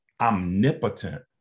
omnipotent